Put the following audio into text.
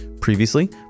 previously